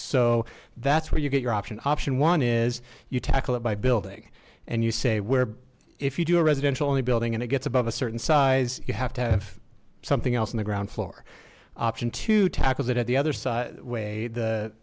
so that's where you get your option option one is you tackle it by building and you say where if you do a residential only building and it gets above a certain size you have to have something else in the ground floor option to tackles it at the other side way the